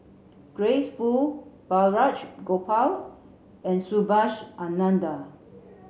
Grace Fu Balraj Gopal and Subhas Anandan